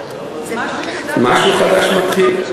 משהו חדש מתחיל.